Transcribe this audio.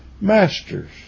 masters